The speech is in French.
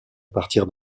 partir